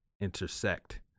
intersect